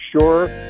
sure